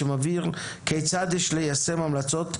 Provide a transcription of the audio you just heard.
שמבהיר כיצד יש ליישם המלצות,